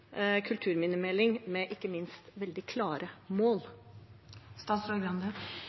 kulturminnemelding med – ikke minst – veldig klare mål.